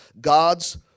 God's